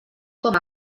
com